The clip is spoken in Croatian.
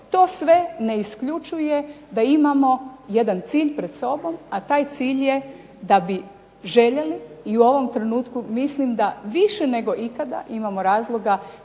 to sve ne isključuje da imamo jedan cilj pred sobom, a taj cilj je da bi željeli i u ovom trenutku mislim da više nego ikada imamo razloga